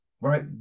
Right